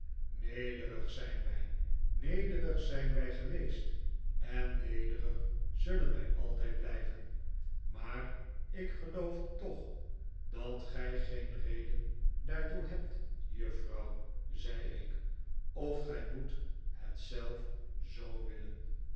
nederig zijn wij nederig zijn wij geweest en nederig zullen wij altijd blijven maar ik geloof toch dat gij geen reden daartoe hebt juffrouw zei ik of gij moet het zelf zoo willen